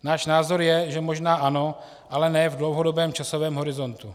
Náš názor je, že možná ano, ale ne v dlouhodobém časovém horizontu.